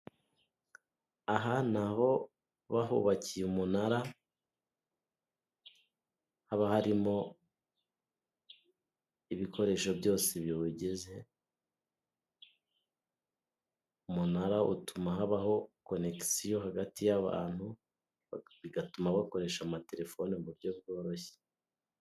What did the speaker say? Aha naho bahubakiye umunara haba harimo ibikoresho byose biwugize. Umunara utuma habaho konegisiyo hagati y'abantu bigatuma bakoresha amaterefone mu buryo bworoshye.